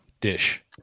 dish